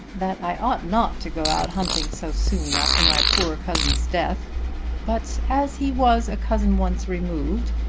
that i ought not to go out hunting so soon after my poor cousin's death but as he was a cousin once removed,